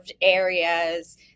areas